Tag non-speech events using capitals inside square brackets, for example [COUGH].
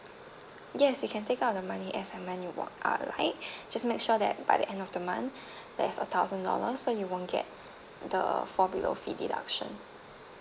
yes you can take out the money X amount you want uh like [BREATH] just make sure that by the end of the month [BREATH] there's a thousand dollar so you won't get the fall below fee deduction